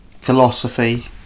philosophy